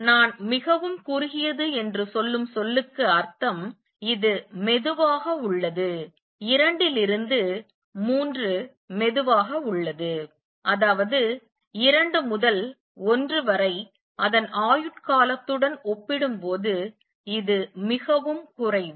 நான் மிகவும் குறுகியது என்று சொல்லும் சொல்லுக்கு அர்த்தம் இது மெதுவாக உள்ளது 2 லிருந்து 3 மெதுவாக உள்ளது அதாவது 2 முதல் 1 வரை அதன் ஆயுட் காலத்துடன் ஒப்பிடும்போது இது மிகவும் குறைவு